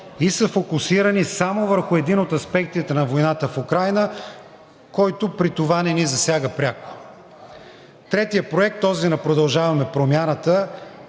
и са фокусирани само върху един от аспектите на войната в Украйна, който при това не ни засяга пряко. Третият проект – на „Продължаваме Промяната“,